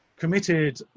committed